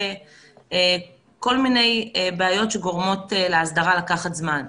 כל מיני בעיות שגורמות להסדרה לקחת זמן.